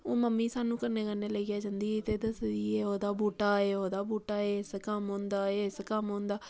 हून मम्मी साह्नू कन्नै कन्नै लेइयै जंदी ही ते दस्सदी ही एह् उ'दा बहूटा एह् उ'दा बहूटा एह् इस कम्म आंदा एह् इस कम्म आंदा